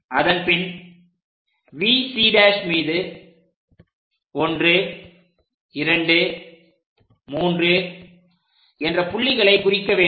அதன்பின் VC' மீது 123 என்ற புள்ளிகளை குறிக்க வேண்டும்